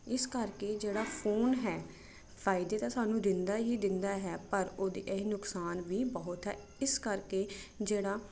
ਇਸ ਕਰਕੇ ਜਿਹੜਾ ਫੋਨ ਹੈ ਫਾਇਦੇ ਤਾਂ ਸਾਨੂੰ ਦਿੰਦਾ ਹੀ ਦਿੰਦਾ ਹੈ ਪਰ ਉਹਦੇ ਇਹ ਨੁਕਸਾਨ ਵੀ ਬਹੁਤ ਹੈ ਇਸ ਕਰਕੇ ਜਿਹੜਾ